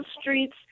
streets